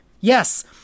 Yes